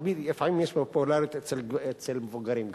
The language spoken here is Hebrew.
לפעמים יש פופולריות גם אצל מבוגרים,